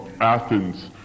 Athens